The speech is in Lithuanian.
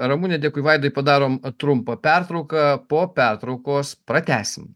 ramune dėkui vaidai padarom trumpą pertrauką po pertraukos pratęsim